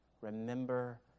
remember